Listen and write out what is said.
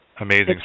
Amazing